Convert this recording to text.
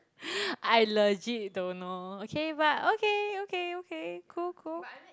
I legit don't know okay but okay okay okay cool cool